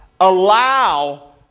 Allow